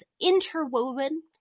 interwoven